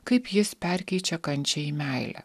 kaip jis perkeičia kančią į meilę